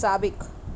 साबिक़ु